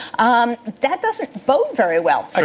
um that doesn't bode very well.